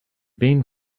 been